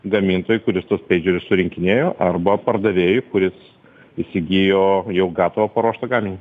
gamintojui kuris tuos peidžerius surinkinėjo arba pardavėjui kuris įsigijo jau gatavą paruoštą gaminį